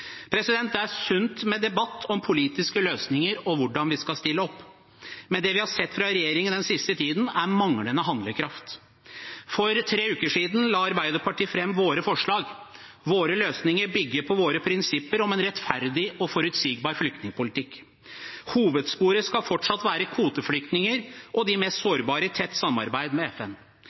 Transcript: Det er sunt med debatt om politiske løsninger og hvordan vi skal stille opp. Men det vi har sett fra regjeringen den siste tiden, er manglende handlekraft. For tre uker siden la vi i Arbeiderpartiet fram våre forslag. Våre løsninger bygger på våre prinsipper om en rettferdig og forutsigbar flyktningpolitikk. Hovedsporet skal fortsatt være kvoteflyktninger og de mest sårbare, i tett samarbeid med FN.